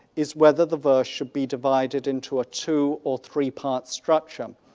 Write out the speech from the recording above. is whether the verse should be divided into a two or three part structure.